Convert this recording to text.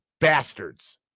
bastards